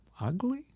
ugly